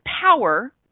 power